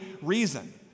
reason